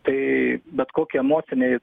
tai bet koki emociniai